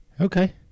okay